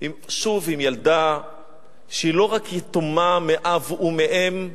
שוב, עם ילדה שהיא לא רק יתומה מאב ומאם,